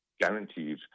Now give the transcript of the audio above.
guarantees